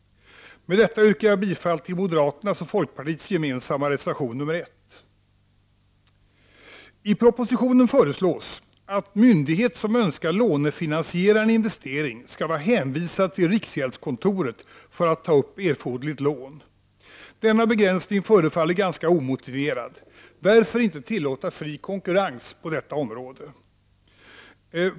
Med detta yrkar jag bifall till moderaternas och folkpartiets gemensamma reservation nr 1. I propositionen föreslås, att myndighet som önskar lånefinansiera en investering skall vara hänvisad till riksgäldskontoret för att ta upp erforderligt lån. Denna begränsning förefaller ganska omotiverad. Varför inte tillåta fri konkurrens på detta område?